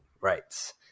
right